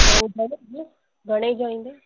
उहो घणे जो घणे जो ईंदो